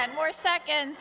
and more second